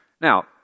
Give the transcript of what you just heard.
Now